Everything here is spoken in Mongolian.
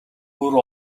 бүр